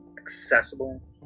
accessible